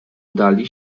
udali